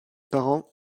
parents